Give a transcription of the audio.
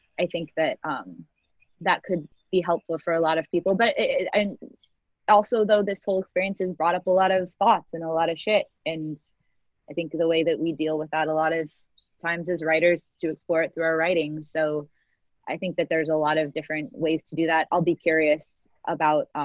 i think that um that could be helpful for a lot of people but it and also though this whole experience has brought up lot of thoughts and a lot of shit and i think the way that we deal with that a lot of times as writers to explore it through our writing. so i think that there's a lot of different ways to do that. i'll be curious about